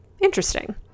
interesting